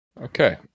okay